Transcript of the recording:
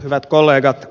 hyvät kollegat